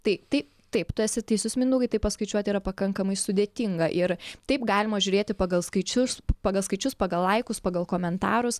tai tai taip tu esi teisus mindaugai tai paskaičiuoti yra pakankamai sudėtinga ir taip galima žiūrėti pagal skaičius pagal skaičius pagal laikus pagal komentarus